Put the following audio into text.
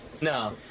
No